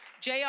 JR